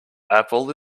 apple